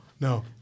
No